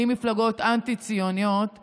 עם מפלגות אנטי-ציוניות,